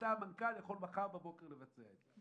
שאתה המנכ"ל יכול מחר בבוקר לבצע את זה.